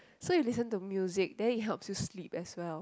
so you listen to music then it helps you sleep as well